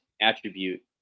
attribute